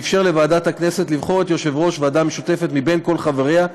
שאפשר לוועדת הכנסת לבחור את יושב-ראש הוועדה המשותפת מכלל חבריה,